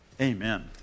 amen